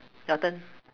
your turn